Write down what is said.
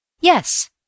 Yes